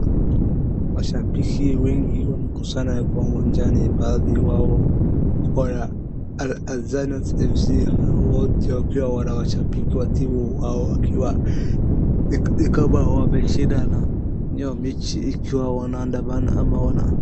Mashabiki wengi wamekusanyika uwanjani baadhi yao wako na haliazanas FC hao wote wakiwa wanawashabiki timu yao wakiwa ni kama wameshinda na leo mechi ikiwa wanaandamana ama wana.